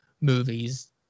movies